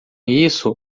isso